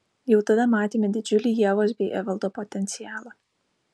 jau tada matėme didžiulį ievos bei evaldo potencialą